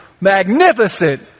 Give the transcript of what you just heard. magnificent